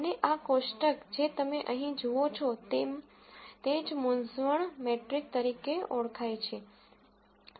અને આ કોષ્ટક જે તમે અહીં જુઓ છો તે જ મૂંઝવણ મેટ્રિક્સ તરીકે ઓળખાય છે